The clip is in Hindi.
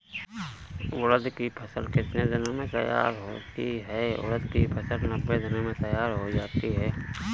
उड़द की फसल कितनी दिनों में तैयार हो जाती है?